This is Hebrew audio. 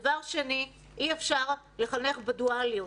דבר שני, אי-אפשר לחנך בדואליות.